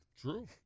true